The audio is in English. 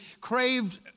craved